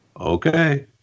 okay